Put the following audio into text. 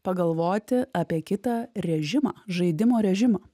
pagalvoti apie kitą režimą žaidimo režimą